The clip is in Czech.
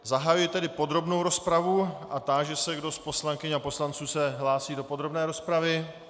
Zahajuji tedy podrobnou rozpravu a táži se, kdo z poslankyň a poslanců se hlásí do podrobné rozpravy.